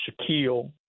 Shaquille